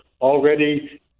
already